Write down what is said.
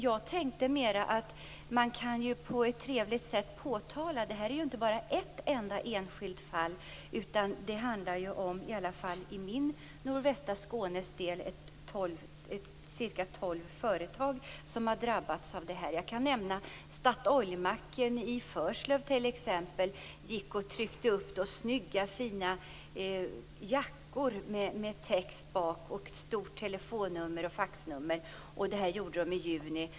Jag tänkte nog mera att man på ett trevligt sätt kunde påtala vad som här har skett. Det rör sig ju inte om bara ett enskilt fall, utan det handlar bara hemma i nordvästra Skåne om cirka tolv företag som har drabbats i detta sammanhang. Jag kan nämna Statoilmacken i Förslöv. Man tryckte upp snygga jackor med text på ryggen. Telefonnummer och faxnummer trycktes upp med stora siffror.